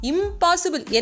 Impossible